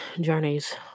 journeys